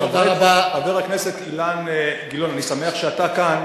חבר הכנסת אילן גילאון, אני שמח שאתה כאן.